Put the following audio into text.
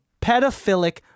pedophilic